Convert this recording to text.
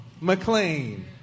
McLean